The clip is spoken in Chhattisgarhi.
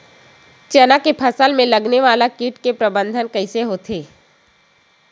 चना के फसल में लगने वाला कीट के प्रबंधन कइसे होथे?